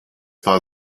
war